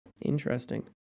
Interesting